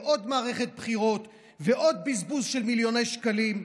עוד מערכת בחירות ועוד בזבוז של מיליוני שקלים,